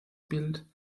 bild